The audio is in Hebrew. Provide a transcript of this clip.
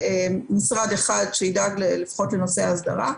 משרד אחד שידאג לפחות לנושא ההסדרה.